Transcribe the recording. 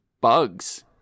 bugs